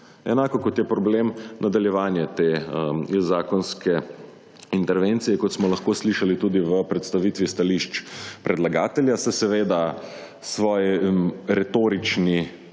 Enako kot je problem nadaljevanje te zakonske intervencije, kot smo lahko slišali tudi v predstavitvi stališč predlagatelja, se seveda svoji retoričnemu